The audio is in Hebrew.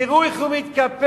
תראו איך הוא מתקפל.